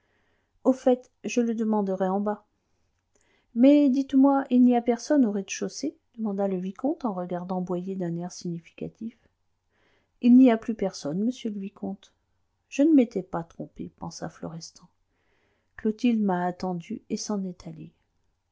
au fait je le demanderai en bas mais dites-moi il n'y a personne au rez-de-chaussée ajouta le vicomte en regardant boyer d'un air significatif il n'y a plus personne monsieur le vicomte je ne m'étais pas trompé pensa florestan clotilde m'a attendu et s'en est allée